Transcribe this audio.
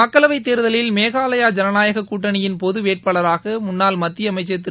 மக்களவை தேர்தலில் மேகலாயா ஜனநாயக கூட்டணியின் பொது வேட்பாளராக முன்னாள் மத்திய அமைச்சர் திரு